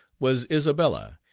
was isabella,